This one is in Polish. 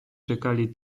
czekali